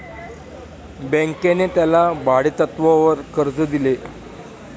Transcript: बँकेने त्याला भाडेतत्वावर कर्ज दिले